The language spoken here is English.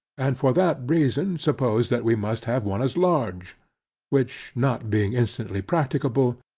and for that reason, supposed, that we must have one as large which not being instantly practicable,